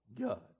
God